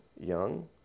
young